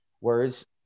words